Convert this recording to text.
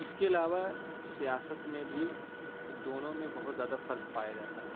اس کے علاوہ سیاست میں بھی دونوں میں بہت زیادہ فرق پایا جاتا ہے